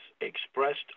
expressed